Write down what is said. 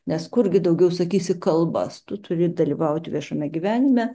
nes kurgi daugiau sakysi kalbas tu turi dalyvauti viešame gyvenime